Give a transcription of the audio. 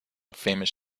famous